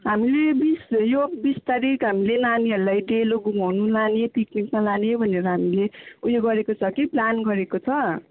हामीले बिस यो बिस तारिक हामीले नानीहरूलाई डेलो घुमाउनु लाने पिक्निकमा लाने भनेर हामीेले उयो गरेको छ कि प्लान गरेको छ